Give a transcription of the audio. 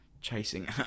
chasing